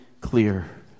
clear